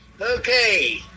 Okay